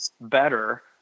better